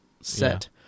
set